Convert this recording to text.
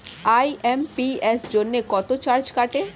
IMPS জন্য কত charge কাটে?